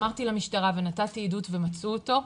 אמרתי למשטרה ונתתי עדות ומצאו אותו,